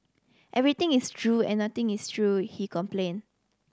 everything is true and nothing is true he complained